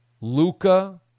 Luca